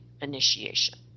initiation